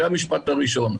זה המשפט הראשון.